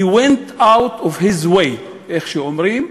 He went out of his way, איך שאומרים,